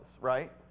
right